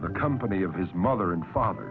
the company of his mother and father